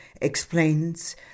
explains